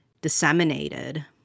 disseminated